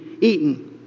eaten